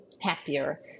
happier